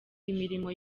imirimo